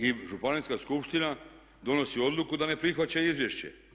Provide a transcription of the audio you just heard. I županijska skupština donosi odluku da ne prihvaća izvješće.